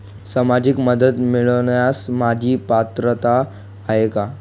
सामाजिक मदत मिळवण्यास माझी पात्रता आहे का?